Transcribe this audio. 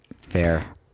Fair